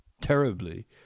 terribly